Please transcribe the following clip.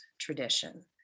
tradition